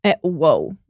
Whoa